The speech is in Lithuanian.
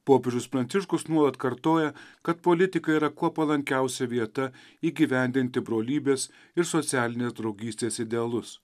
popiežius pranciškus nuolat kartoja kad politika yra kuo palankiausia vieta įgyvendinti brolybės ir socialinės draugystės idealus